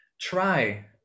try